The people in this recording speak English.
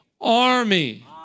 army